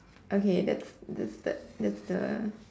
okay that's that's the that's the